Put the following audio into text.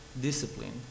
discipline